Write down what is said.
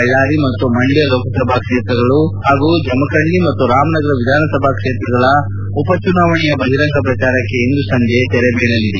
ಬಳ್ಳಾರಿ ಮತ್ತು ಮಂಡ್ಯ ಲೋಕಸಭಾ ಹಾಗೂ ಜಮಖಂಡಿ ಮತ್ತು ರಾಮನಗರ ವಿಧಾನಕ್ಷೇತ್ರಗಳ ಉಪಚುನಾವಣೆಯ ಬಹಿರಂಗ ಪ್ರಚಾರಕ್ಷೆ ಇಂದು ಸಂಜೆ ತೆರೆ ಬೀಳಲಿದೆ